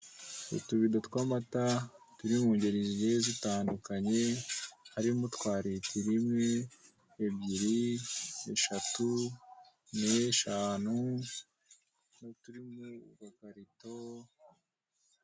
Utubido tw'amata turi mu ngeri zigiye zitandukanye harimo utwa litiro imwe, ebyiri, eshatu, n'eshanu n'uturi mu gakarito.